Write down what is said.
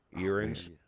Earrings